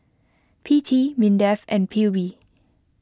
P T Mindef and P U B